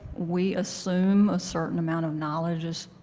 we assume a certain amount of knowledge is